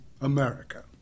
America